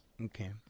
okay